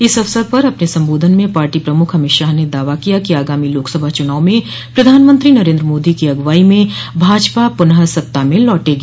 इस अवसर पर अपने संबोधन में पार्टी प्रमुख अमित शाह ने दावा किया कि आगामी लोकसभा चूनाव में प्रधानमंत्री नरेन्द्र मोदी की अगुवाई में भाजपा पुनः सत्ता में लौटेगी